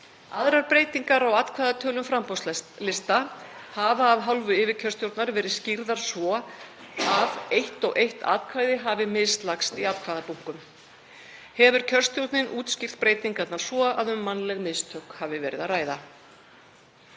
Aðrar breytingar á atkvæðatölum framboðslista hafa af hálfu yfirkjörstjórnar verið skýrðar svo að „eitt og eitt atkvæði hafi mislagst í atkvæðabunkum“. Hefur kjörstjórnin útskýrt breytingarnar svo að um mannleg mistök hafi verið að ræða.